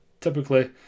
typically